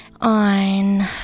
on